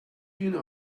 you